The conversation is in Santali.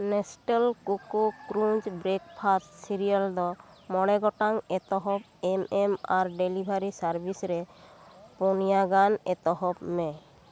Nestle Koko Krunch breakfast cereal ᱫᱚ ᱢᱚᱬᱮ ᱜᱚᱴᱟᱝ ᱮᱛᱚᱦᱚᱵ ᱮᱢ ᱮᱢ ᱟᱨ ᱰᱮᱞᱤᱵᱷᱟᱨᱤ ᱥᱟᱨᱵᱷᱤᱥ ᱨᱮ ᱯᱳᱱᱭᱟ ᱜᱟᱱ ᱮᱛᱚᱦᱚᱵ ᱢᱮ